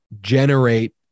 generate